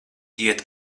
iet